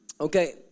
okay